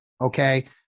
Okay